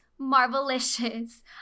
Marvelicious